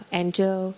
angel